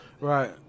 Right